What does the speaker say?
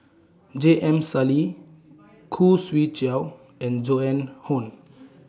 J M Sali Khoo Swee Chiow and Joan Hon